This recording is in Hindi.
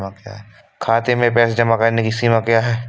खाते में पैसे जमा करने की सीमा क्या है?